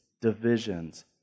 divisions